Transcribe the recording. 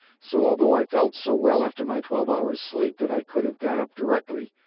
so, although i felt so well after my twelve-hours' sleep that i could have got up directly,